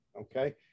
okay